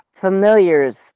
familiars